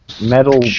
Metal